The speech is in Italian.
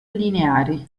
lineari